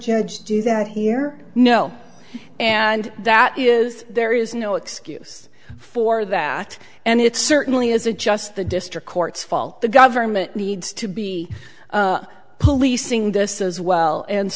judge do that here know and that is there is no excuse for that and it certainly isn't just the district court's fault the government needs to be policing this as well and